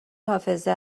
حافظه